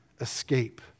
escape